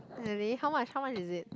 really how much how much is it